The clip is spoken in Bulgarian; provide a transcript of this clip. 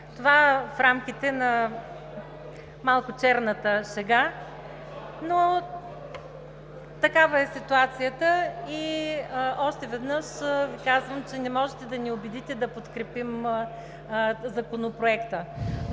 това в рамките на малко черната шега. Такава е ситуацията. Още веднъж Ви казвам, че не можете да ни убедите да подкрепим Законопроекта.